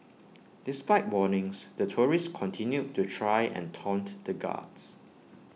despite warnings the tourists continued to try and taunt the guards